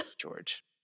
George